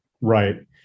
right